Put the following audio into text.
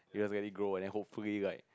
you just let it grow and then hopefully like